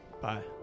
Bye